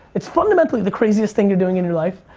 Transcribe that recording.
it's fundamentally the craziest thing you're doing in your life.